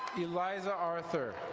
eliza arthur.